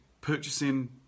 purchasing